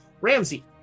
Ramsey